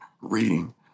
reading